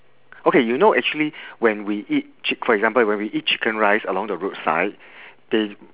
okay you know actually when we eat chick~ for example when we eat chicken rice along the roadside they